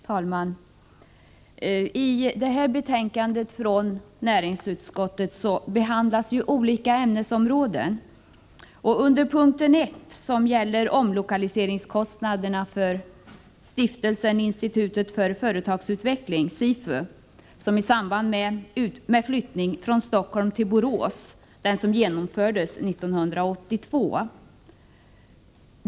Herr talman! I det här betänkandet från näringsutskottet behandlas ju olika ämnesområden. Punkt 1 gäller omlokaliseringskostnaderna för Stiftelsen Institutet för Företagsutveckling, SIFU, i samband med flyttningen år 1982 från Stockholm till Borås.